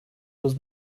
was